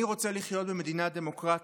אני רוצה לחיות במדינה דמוקרטית,